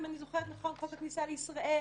אם אני זוכרת נכון לחוק הכניסה לישראל.